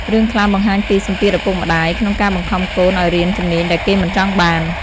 រឿងខ្លះបង្ហាញពី សម្ពាធឪពុកម្តាយ ក្នុងការបង្ខំកូនឱ្យរៀនជំនាញដែលគេមិនចង់បាន។